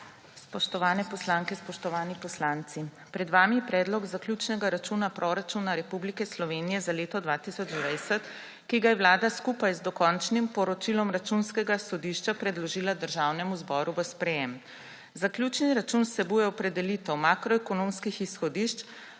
Spoštovane poslanke, spoštovani poslanci! Pred vami je Predlog zaključnega računa Proračuna Republike Slovenije za leto 2020, ki ga je Vlada skupaj z dokončnim poročilom Računskega sodišča predložila Državnemu zboru v sprejetje. Zaključni račun vsebuje opredelitev makroekonomskih izhodišč,